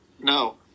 No